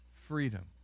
freedom